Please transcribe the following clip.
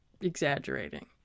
exaggerating